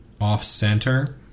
off-center